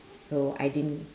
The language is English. so I didn't